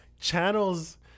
Channels